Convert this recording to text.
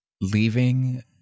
leaving